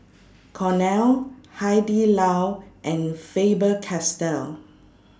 Cornell Hai Di Lao and Faber Castell